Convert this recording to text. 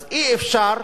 אז אי-אפשר,